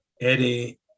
Eddie